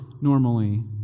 normally